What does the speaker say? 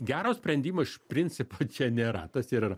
gero sprendimo iš principo čia nėra tas ir yra